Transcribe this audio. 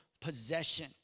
possession